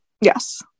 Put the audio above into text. yes